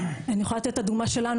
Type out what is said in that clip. אני יכולה לתת את הדוגמה שלנו,